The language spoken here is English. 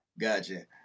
gotcha